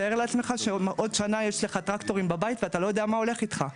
תאר לעצמך שעוד שנה יש לך טרקטורים בבית ואתה לא יודע מה הולך איתך.